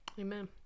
Amen